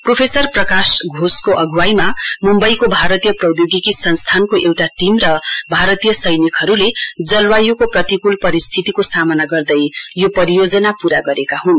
professor Prakash घोषको अग्वाईमा म्म्बईको भारतीय प्रौद्योगिकी संस्थानको एउटा टीम र भारतीय सैनिकहरूले जलवाय्को प्रतिकूल परिस्थितिको सामना गर्दै यो परियोजना पूरा गरेका हन्